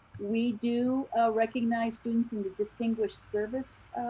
we do recognize students in the distinguished service.